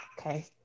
Okay